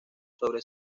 sobre